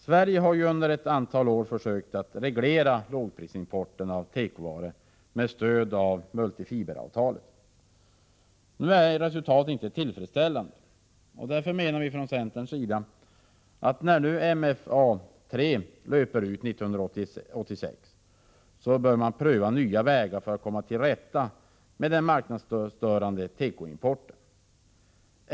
Sverige har under ett antal år försökt att reglera lågprisimporten av tekovaror med stöd av multifiberavtalet. Nu är resultatet inte tillfredsställande. Därför menar vi från centerns sida att när MFA III löper ut 1986 bör man pröva nya vägar för att komma till rätta med den marknadsstörande tekoimporten.